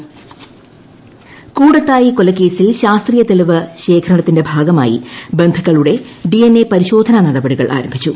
Koodathai case Koodathayi കൊലക്കേസിൽ ശ്യാസ്ത്രീയ തെളിവ് ശേഖരണത്തിന്റെ ഭാഗമായി ബന്ധുക്കളുടെ ഡി എൻ എ പരിശോധന നടപടികൾ ആരംഭിച്ചു